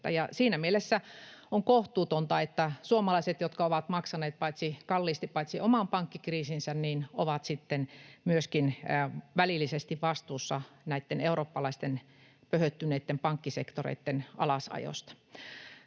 Siinä mielessä on kohtuutonta, että suomalaiset, jotka ovat maksaneet kalliisti oman pankkikriisinsä, ovat sitten myöskin välillisesti vastuussa näitten eurooppalaisten pöhöttyneitten pankkisektoreitten alasajosta.